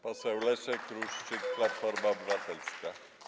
Poseł Leszek Ruszczyk, Platforma Obywatelska.